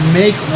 make